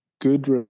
good